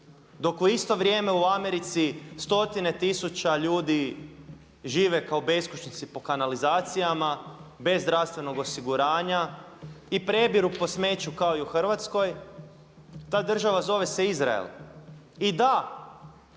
dok u isto vrijeme u Americi stotine tisuća ljudi žive kao beskućnici po kanalizacijama, bez zdravstvenog osiguranja i prebiru po smeću kao i u Hrvatskoj. Ta država zove se Izrael. I da,